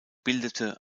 bildete